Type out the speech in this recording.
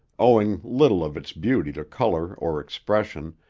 owing little of its beauty to color or expression,